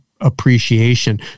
appreciation